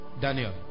daniel